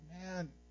Man